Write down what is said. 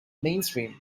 mainstream